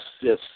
Yes